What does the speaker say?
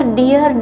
dear